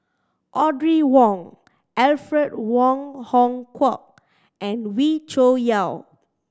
Audrey Wong Alfred Wong Hong Kwok and Wee Cho Yaw